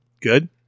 Good